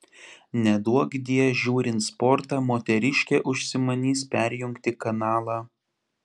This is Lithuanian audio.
neduokdie žiūrint sportą moteriškė užsimanys perjungti kanalą